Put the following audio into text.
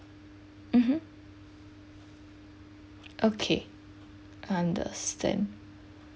mmhmm okay understand